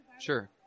Sure